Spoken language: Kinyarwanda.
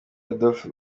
adolphe